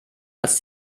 als